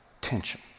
tension